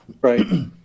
right